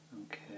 okay